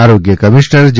આરોગ્ય કમિશ્નર જે